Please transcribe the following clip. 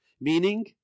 Meaning